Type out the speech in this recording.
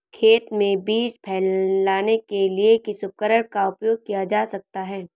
खेत में बीज फैलाने के लिए किस उपकरण का उपयोग किया जा सकता है?